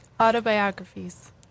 Autobiographies